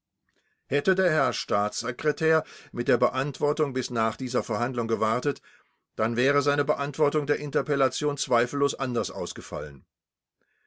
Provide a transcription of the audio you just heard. hätte der herr staatssekretär mit der beantwortung bis nach dieser verhandlung gewartet dann wäre seine beantwortung der interpellation zweifellos anders ausgefallen